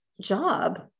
job